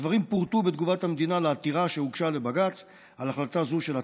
הדברים פורטו בתגובת המדינה לעתירה שהוגשה לבג"ץ על החלטה זו של הצבא,